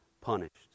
punished